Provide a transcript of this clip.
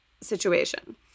situation